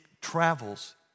travels